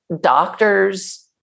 doctors